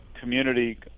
community